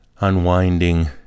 unwinding